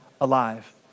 alive